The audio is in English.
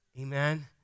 Amen